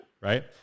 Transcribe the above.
right